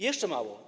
Jeszcze mało?